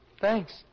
Thanks